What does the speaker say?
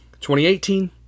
2018